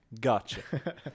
gotcha